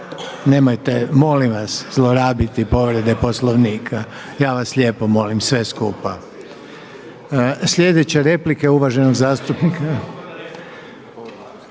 nemojte molim vas zlorabiti povrede Poslovnika ja vas lijepo molim, sve skupa. Sljedeća replika je uvaženog zastupnika.